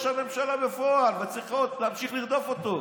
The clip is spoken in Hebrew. הממשלה בפועל וצריך להמשיך לרדוף אותו.